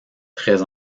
très